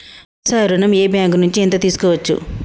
వ్యవసాయ ఋణం ఏ బ్యాంక్ నుంచి ఎంత తీసుకోవచ్చు?